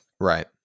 Right